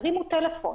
תרימו טלפון.